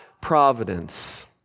providence